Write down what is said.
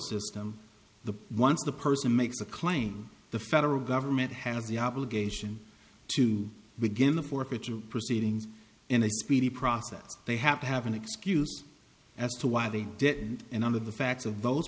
system the once the person makes a claim the federal government has the obligation to begin the forfeiture proceedings in a speedy process they have to have an excuse as to why they didn't and under the facts of